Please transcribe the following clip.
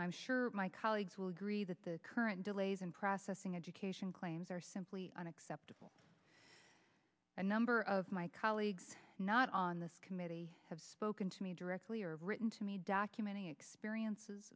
i'm sure my colleagues will agree that the current delays in processing education claims are simply unacceptable a number of my colleagues not on this committee have spoken to me directly or written to me documenting experiences